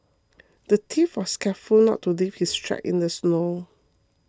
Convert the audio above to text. the thief was careful not to leave his tracks in the snow